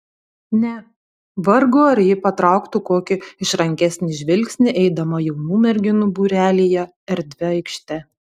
ne vargu ar ji patrauktų kokį išrankesnį žvilgsnį eidama jaunų merginų būrelyje erdvia aikšte